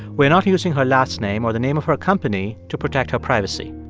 we're not using her last name or the name of her company to protect her privacy.